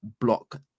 block